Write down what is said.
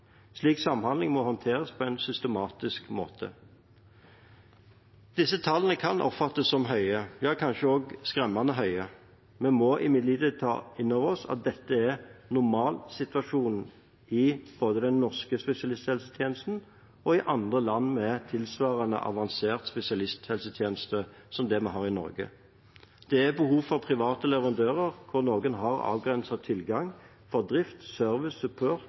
Slik samhandling må håndteres på en systematisk måte. Disse tallene kan oppfattes som høye – kanskje også skremmende høye. Vi må imidlertid ta inn over oss at dette er normalsituasjonen både i den norske spesialisthelsetjeneste og i andre land med tilsvarende avansert spesialisthelsetjeneste som vi har i Norge. Det er behov for private leverandører hvor noen har avgrenset tilgang for drift, service,